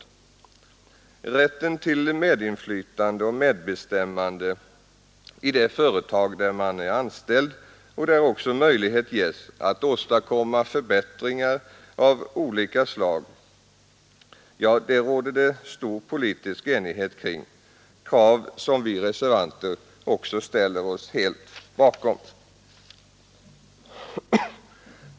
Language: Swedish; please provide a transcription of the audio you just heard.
I fråga om rätten till medinflytande och medbestämmande i det företag där man är anställd och möjlighet att åstadkomma förbättringar av olika slag råder det stor politisk enighet. Det är ett krav som vi reservanter också helt ställer oss bakom.